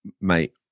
Mate